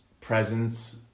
presence